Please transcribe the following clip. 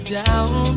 down